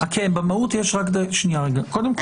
בסדר.